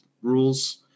rules